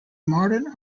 modern